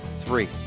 three